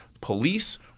police